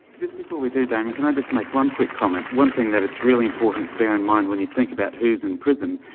just before we do damien, can i just make one quick comment, one thing that it's really important to bear in mind when you think about who's in prison,